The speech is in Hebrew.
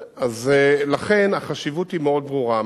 אז לכן החשיבות היא מאוד ברורה.